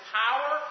power